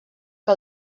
que